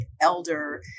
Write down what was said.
elder